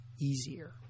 easier